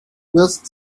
whilst